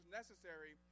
necessary